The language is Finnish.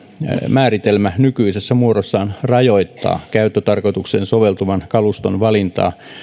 määritelmä nykyisessä muodossaan rajoittaa käyttötarkoitukseen soveltuvan kaluston valintaa